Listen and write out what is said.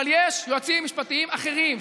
אבל יש יועצים משפטיים אחרים,